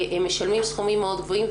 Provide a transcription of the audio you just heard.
משלמים סכומים מאוד גבוהים,